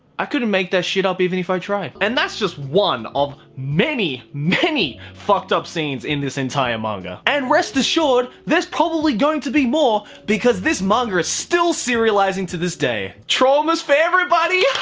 i couldn't make that shit up even if i tried and that's just one of many many fucked up scenes in this entire manga and rest assured there's probably going to be more because this manga is still serializing to this day. traumas for everybody!